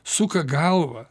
suka galvą